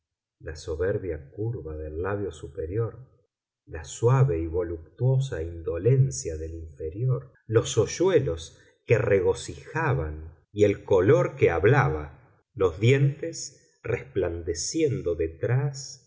la soberbia curva del labio superior la suave y voluptuosa indolencia del inferior los hoyuelos que regocijaban y el color que hablaba los dientes resplandeciendo detrás